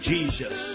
Jesus